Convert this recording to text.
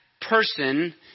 person